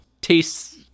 tastes